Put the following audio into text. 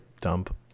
dump